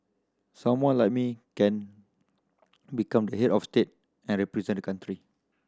someone like me can become head of state and represent the country